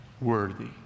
worthy